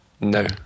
No